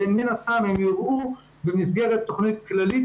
ומן הסתם הם יובאו במסגרת תכנית כללית